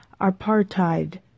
apartheid